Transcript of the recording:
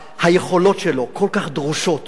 היכולות שלו כל כך דרושות